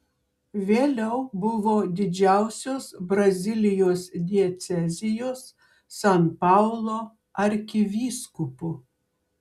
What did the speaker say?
vėliau buvo didžiausios brazilijos diecezijos san paulo arkivyskupu